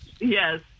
Yes